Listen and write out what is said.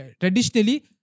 traditionally